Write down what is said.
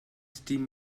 dim